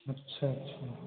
अच्छा अच्छा